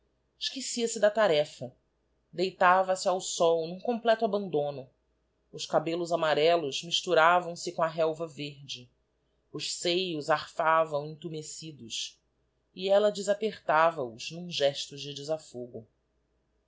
cançaço esquecia-se da tarefa deitava se ao sol n'um completo abandono os cabellos amarellos misturavam-se com a relva verde os seios arfavam intumescidos e ella desapertava os n'um gesto de desafogo